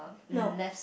no